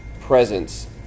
presence